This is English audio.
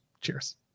Cheers